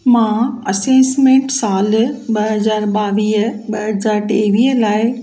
मां असेसमेंट साल ॿ हज़ार ॿावीह ॿ हज़ार टेवीह लाइ